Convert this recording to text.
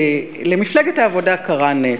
למפלגת העבודה קרה נס,